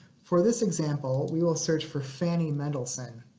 for this example, we will search for fanny mendelssohn.